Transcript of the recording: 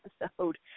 episode